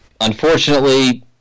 unfortunately